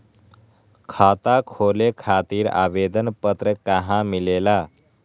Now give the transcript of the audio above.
खाता खोले खातीर आवेदन पत्र कहा मिलेला?